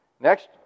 Next